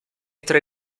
tre